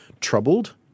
troubled